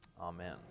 Amen